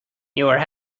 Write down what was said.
your